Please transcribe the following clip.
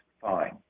fine